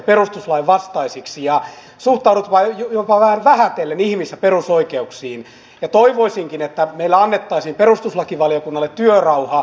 tässä vasta oli maaseudun tulevaisuudessa juttua siitä että suuri osa maatiloista olisi valmiina ottamaan tiloillensa töihin turvapaikanhakijoita